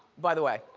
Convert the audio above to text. by the way.